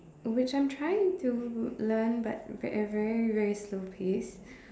which I'm trying to learn but at a very very slow pace